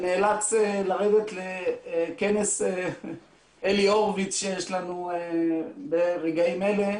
אני נאלץ לרדת לכנס שיש לנו ברגעים אלה.